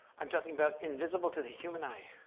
i'm talking about invisible to the human eye,